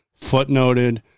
footnoted